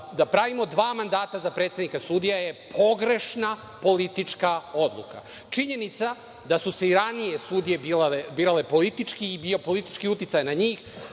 da pravimo dva mandata za predsednika suda je pogrešna politička odluka. Činjenica da su se i ranije sudije birale politički i bio politički uticaj na njih